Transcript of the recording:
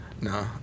No